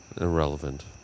Irrelevant